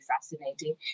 fascinating